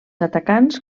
atacants